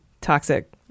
Toxic